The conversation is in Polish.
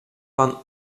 pan